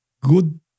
good